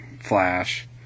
Flash